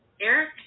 Eric